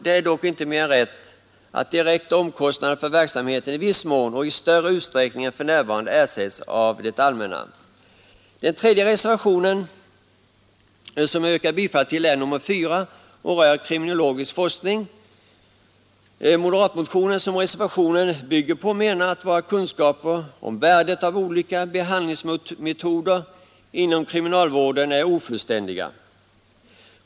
Det är dock inte mer än rätt att direkta omkostnader för verksamheten i viss mån och i större utsträckning än för närvarande ersätts av det allmänna. Den tredje reservation som jag yrkar bifall till är nr 5, som rör kriminologisk forskning. I moderatmotionen, som reservationen bygger på, framförs meningen att våra kunskaper om värdet av olika behandlingsmetoder inom kriminalvården är ofullständiga.